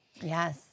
Yes